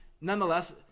nonetheless